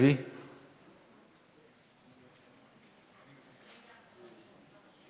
תודה רבה.